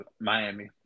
Miami